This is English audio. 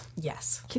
Yes